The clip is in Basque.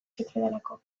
zitzaidalako